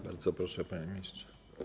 Bardzo proszę, panie ministrze.